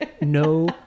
no